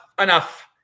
enough